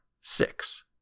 Six